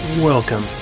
Welcome